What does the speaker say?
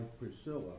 Priscilla